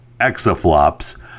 exaflops